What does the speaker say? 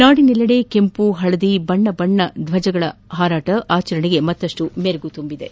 ನಾಡಿನೆಲ್ಲೆಡೆ ಕೆಂಪು ಹಳದಿ ಬಣ್ಣ ಬಣ್ಣದ ಧ್ವಜಗಳ ಹಾರಾಟ ಆಚರಣೆಗೆ ಮತ್ತಷ್ಟು ಮೆರುಗು ತುಂಬಿವೆ